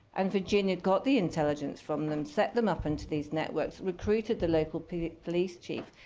and virginia got the intelligence from them, set them up into these networks, recruited the local police police chief.